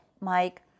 Mike